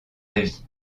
avis